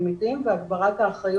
שבשנתיים